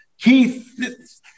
Keith